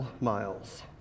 Miles